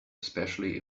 especially